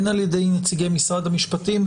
הן על ידי נציגי משרד המשפטים,